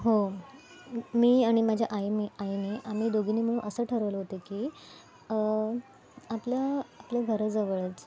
हो मी आणि माझ्या आईने आईने आम्ही दोघींनी मिळून असं ठरवलं होतं की आपल्या आपल्या घराजवळच